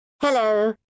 Hello